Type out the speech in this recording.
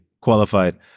qualified